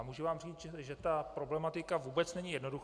Můžu vám říct, že ta problematika vůbec není jednoduchá.